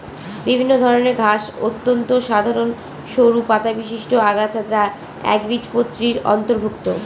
বিভিন্ন ধরনের ঘাস অত্যন্ত সাধারন সরু পাতাবিশিষ্ট আগাছা যা একবীজপত্রীর অন্তর্ভুক্ত